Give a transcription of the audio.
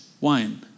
wine